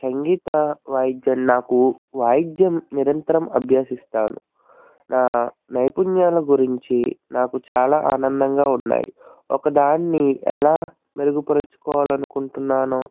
సంగీత వాయిద్యం నాకు వాయిద్యం నిరంతరం అభ్యసిస్తాను నా నైపుణ్యాల గురించి నాకు చాలా ఆనందంగా ఉన్నాయ్ ఒక దాన్ని ఎలా మెరుగుపరుచుకోవాలనుకుంటున్నానో